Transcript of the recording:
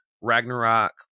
Ragnarok